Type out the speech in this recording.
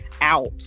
out